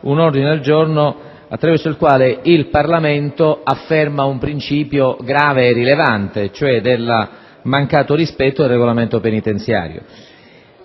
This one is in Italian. un ordine del giorno attraverso il quale il Parlamento afferma un principio grave e rilevante, quello cioè del mancato rispetto del regolamento penitenziario.